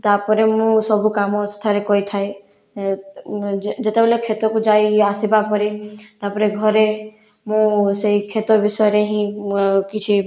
ତାପରେ ମୁଁ ସବୁ କାମ ସେଠାରେ କରିଥାଏ ଯେତେବେଳେ କ୍ଷେତକୁ ଯାଇ ଆସିବା ପରେ ତାପରେ ଘରେ ମୁଁ ସେଇ କ୍ଷେତ ବିଷୟରେ ହିଁ ମୁଁ କିଛି